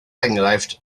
enghraifft